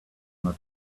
not